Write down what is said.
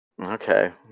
Okay